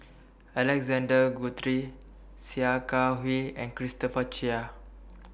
Alexander Guthrie Sia Kah Hui and Christopher Chia